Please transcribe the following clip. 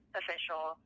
official